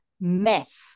mess